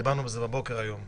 על מה הדיון?